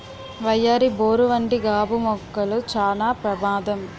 వయ్యారి బోరు వంటి గాబు మొక్కలు చానా ప్రమాదం